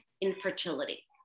infertility